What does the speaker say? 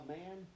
man